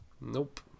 Nope